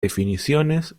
definiciones